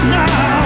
now